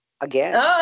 again